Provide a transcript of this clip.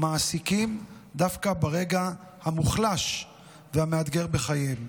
מעסיקים דווקא ברגע המוחלש והמאתגר בחיינו,